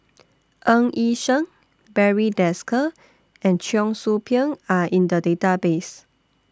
Ng Yi Sheng Barry Desker and Cheong Soo Pieng Are in The Database